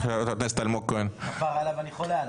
חבר הכנסת אלמוג כהן?